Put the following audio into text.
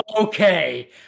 Okay